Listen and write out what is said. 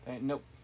Nope